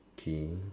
okay